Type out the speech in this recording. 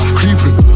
creeping